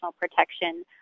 protection